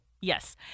Yes